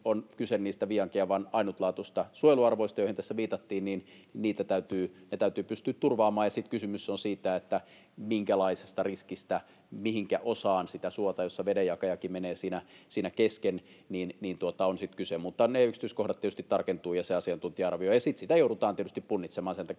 on kyse niistä Viiankiaavan ainutlaatuisista suojeluarvoista, joihin tässä viitattiin, niin ne täytyy pystyä turvaamaan, ja sitten on kysymys siitä, minkälaisesta riskistä, mistä osasta sitä suota, jossa vedenjakajakin menee siinä kesken, on kyse. Mutta yksityiskohdat ja asiantuntija-arvio tietysti tarkentuvat, ja sitten sitä joudutaan tietysti punnitsemaan. Sen takia